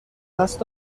دست